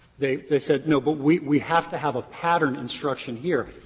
they they said, no, but we we have to have a pattern instruction here.